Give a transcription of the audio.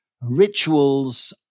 rituals